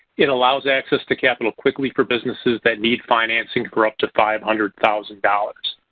it allows access to capital, quickly for businesses that need financing for up to five hundred thousand dollars.